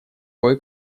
кое